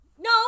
No